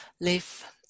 live